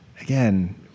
Again